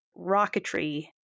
rocketry